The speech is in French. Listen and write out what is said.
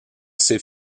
ses